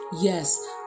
Yes